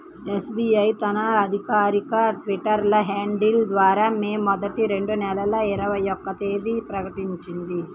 SBI తన అధికారిక Twitter handle ద్వారా మే మొదటి, రెండు వేల ఇరవై ఒక్క తేదీన ప్రకటించింది